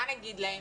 מה נגיד להם?